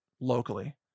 locally